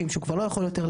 הוא צריך לקבל התראה.